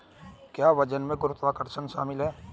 क्या वजन में गुरुत्वाकर्षण शामिल है?